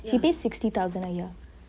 she pays sixty thousand a year